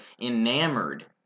enamored